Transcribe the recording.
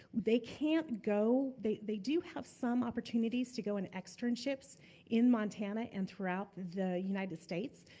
they can't go, they they do have some opportunities to go on externships in montana and throughout the unites states,